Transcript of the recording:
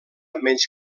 menys